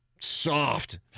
soft